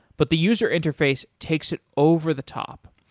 but the user interface takes it over the top.